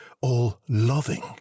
all-loving